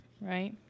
right